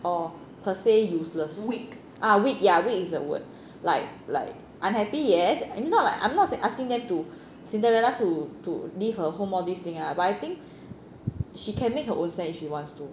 or per se useless weak ya weak is the word like like unhappy yes not like I'm not asking them to cinderella to to leave her home all these thing lah but I think she can make her own stand if she wants to